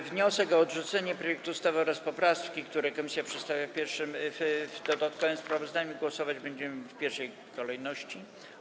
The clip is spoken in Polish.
Nad wnioskiem o odrzucenie projektu ustawy oraz poprawkami, które komisja przedstawia w dodatkowym sprawozdaniu, głosować będziemy w pierwszej kolejności.